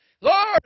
Lord